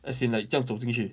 as in like 这样走进去